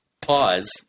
pause